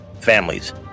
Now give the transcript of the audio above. families